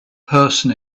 person